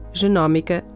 genómica